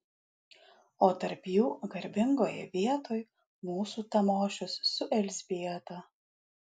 o tarp jų garbingoje vietoj mūsų tamošius su elzbieta